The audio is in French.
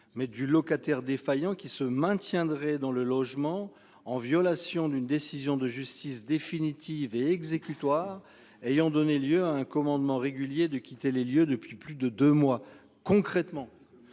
mais du locataire défaillant qui se maintiendrait dans le logement en violation d'une décision de justice définitive et exécutoire ayant donné lieu à un commandement régulier de quitter les lieux depuis plus de 2 mois. Concrètement,